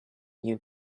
you